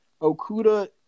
Okuda